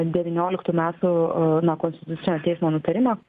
devynioliktų metų na konstitucinio teismo nutarimą